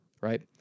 Right